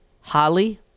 Holly